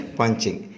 punching